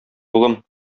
улым